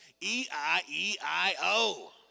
E-I-E-I-O